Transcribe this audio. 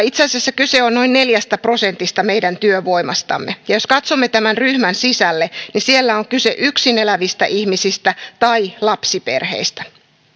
itse asiassa kyse on noin neljästä prosentista meidän työvoimastamme ja jos katsomme tämän ryhmän sisälle niin siellä on kyse yksin elävistä ihmisistä ja lapsiperheistä